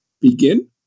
begin